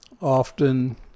often